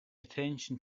attention